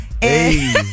Hey